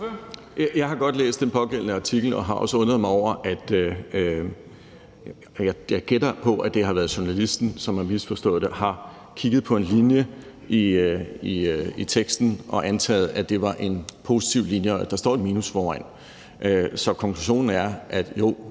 Jeg har godt læst den pågældende artikel og har også undret mig over det. Jeg gætter på, at det er journalisten, der har misforstået det og har kigget på en linje i teksten og antaget, at det var positivt, men der står et minus foran. Så konklusionen er, at der